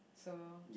so